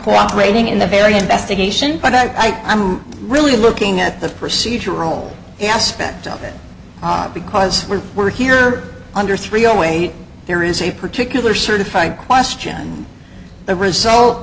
core operating in the very investigation but i am really looking at the procedural aspect of it because we were here under three oh wait there is a particular certified question the result